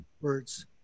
words